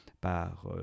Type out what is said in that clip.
par